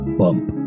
bump